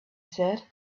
said